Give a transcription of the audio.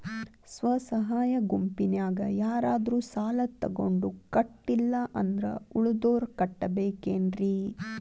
ಸ್ವ ಸಹಾಯ ಗುಂಪಿನ್ಯಾಗ ಯಾರಾದ್ರೂ ಸಾಲ ತಗೊಂಡು ಕಟ್ಟಿಲ್ಲ ಅಂದ್ರ ಉಳದೋರ್ ಕಟ್ಟಬೇಕೇನ್ರಿ?